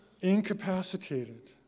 incapacitated